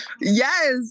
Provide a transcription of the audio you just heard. Yes